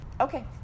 Okay